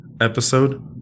episode